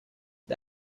the